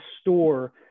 store